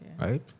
right